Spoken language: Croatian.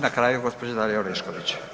Na kraju gospođa Dalija Orešković.